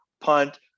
punt